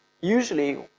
usually